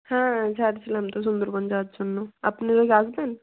হ্যাঁ ছাড়ছিলাম তো সুন্দরবন যাওয়ার জন্য আপনারা কি আসবেন